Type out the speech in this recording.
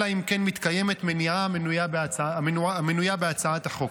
אלא אם כן מתקיימת מניעה המנויה בהצעת החוק.